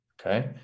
Okay